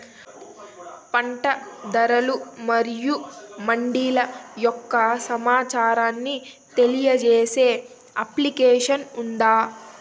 పంట ధరలు మరియు మండీల యొక్క సమాచారాన్ని తెలియజేసే అప్లికేషన్ ఉందా?